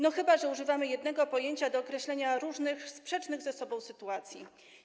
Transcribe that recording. No chyba że używamy jednego pojęcia do określenia różnych, sprzecznych ze sobą sytuacji.